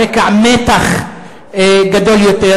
על רקע מתח גדול יותר,